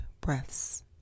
breaths